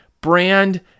Brand